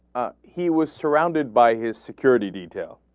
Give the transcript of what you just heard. he was surrounded by his security detail